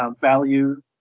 value